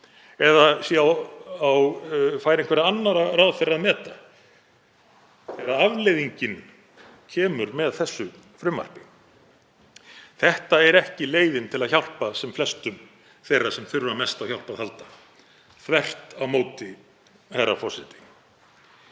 eða sé á færi einhverra annarra ráðherra að meta? Afleiðingin kemur með þessu frumvarpi. Þetta er ekki leiðin til að hjálpa sem flestum þeirra sem þurfa mest á hjálp að halda. Þvert á móti, herra forseti.